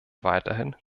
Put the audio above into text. weiterhin